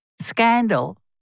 scandal